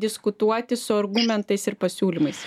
diskutuoti su argumentais ir pasiūlymais